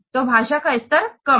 तो भाषा का स्तर कम है